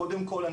קודם כל,